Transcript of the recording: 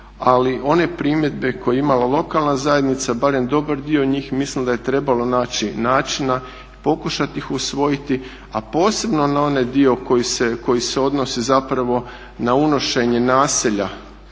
Ali one primjedbe koje je imala lokalna zajednica barem dobar dio njih, mislim da je trebalo naći načina i pokušati ih usvojiti a posebno na onaj dio koji se odnosi zapravo na unošenje naselja